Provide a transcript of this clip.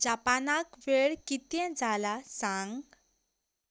जापानाक वेळ कितें जाला सांग